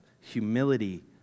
humility